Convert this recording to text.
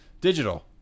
Digital